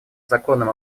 законным